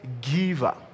giver